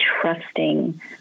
trusting